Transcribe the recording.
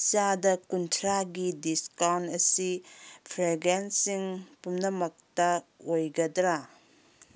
ꯆꯥꯗ ꯀꯨꯟꯊ꯭ꯔꯥꯒꯤ ꯗꯤꯁꯀꯥꯎꯟ ꯑꯁꯤ ꯐ꯭ꯔꯦꯒꯦꯟꯁꯁꯤꯡ ꯄꯨꯝꯅꯃꯛꯇ ꯑꯣꯏꯒꯗ꯭ꯔꯥ